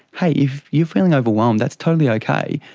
hey, you're feeling overwhelmed, that's totally okay,